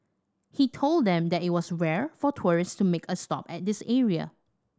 he told them that it was rare for tourists to make a stop at this area